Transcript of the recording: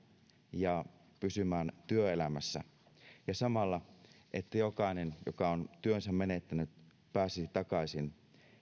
ja pysymään työelämässä ja samalla myös että jokainen joka on työnsä menettänyt pääsisi takaisin